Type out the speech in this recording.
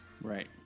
Right